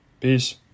peace